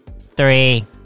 three